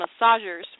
massagers